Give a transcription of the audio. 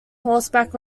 horseback